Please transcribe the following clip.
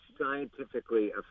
scientifically